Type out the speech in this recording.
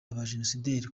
abajenosideri